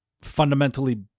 fundamentally